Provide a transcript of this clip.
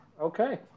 Okay